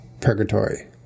purgatory